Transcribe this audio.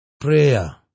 Prayer